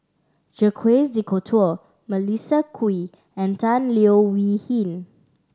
Jacques De Coutre Melissa Kwee and Tan Leo Wee Hin